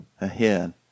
ahead